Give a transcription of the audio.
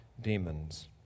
demons